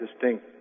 distinct